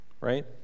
right